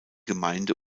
gemeinde